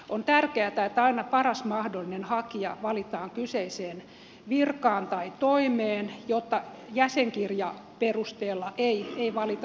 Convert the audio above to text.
on tärkeätä että aina paras mahdollinen hakija valitaan kyseiseen virkaan tai toimeen jotta jäsenkirjaperusteella ei valita ihmisiä